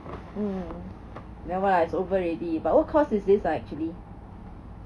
mm never mind lah is over already but what course is this ah actually